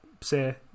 say